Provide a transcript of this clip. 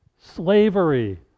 slavery